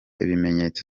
ibimenyetso